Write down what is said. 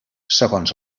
segons